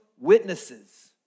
witnesses